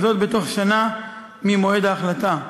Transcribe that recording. וזאת בתוך שנה ממועד ההחלטה.